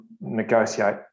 negotiate